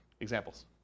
Examples